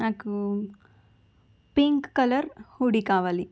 నాకూ pink colour hoodie కావాలి